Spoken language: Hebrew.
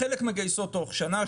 חלק מגייסות תוך שנה,